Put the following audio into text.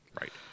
Right